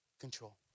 control